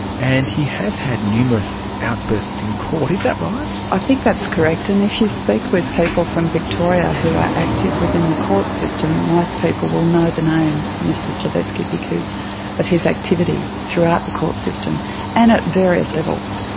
and he has had numerous outbursts in court. is that right? i think that's correct, and if you speak with people from victoria who are active within the court system, most people will know the name mr slaveski because of his activity throughout the court system and at various levels.